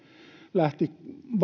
lähti